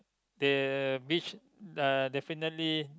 the beach uh definitely